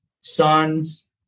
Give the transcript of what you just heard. sons